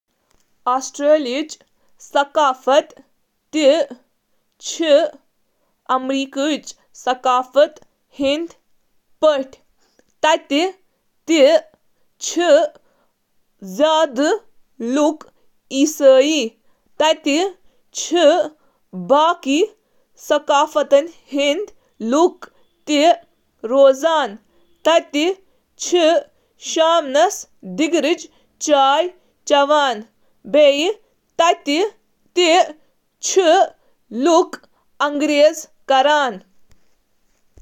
آسٹریلیاہس منٛز چِھ لوک نیبرٕ کیٛن محبت، زندگی خاطرٕ پتھ کُن نقطہٕ نظر، تہٕ ویک اینڈ کیفے کلچر خاطرٕ زاننہٕ یوان۔